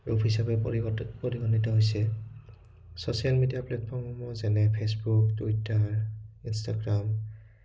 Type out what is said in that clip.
ৰূপ হিচাপে পৰি পৰিগণিত হৈছে ছ'চিয়েল মিডিয়া প্লেটফৰ্মসমূহ যেনে ফে'চবুক টুইটাৰ ইনষ্টাগ্ৰাম